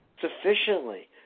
sufficiently